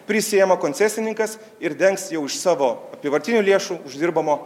prisiima koncesininkas ir dengs jau iš savo apyvartinių lėšų uždirbamo